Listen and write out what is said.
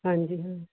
ਹਾਂਜੀ ਹਾਂ